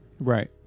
right